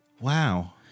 Wow